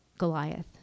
Goliath